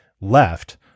left